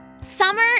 Summer